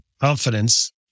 confidence